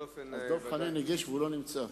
דב חנין הגיש והוא לא נמצא.